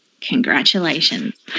Congratulations